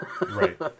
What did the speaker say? Right